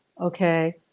okay